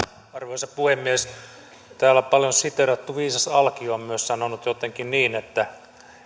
arvoisa puhemies täällä paljon siteerattu viisas alkio on myös sanonut jotenkin niin että